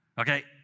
Okay